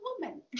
woman